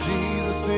Jesus